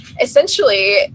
essentially